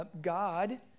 God